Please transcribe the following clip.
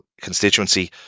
constituency